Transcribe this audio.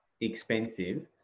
expensive